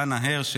דנה הרש,